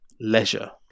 leisure